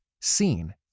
seen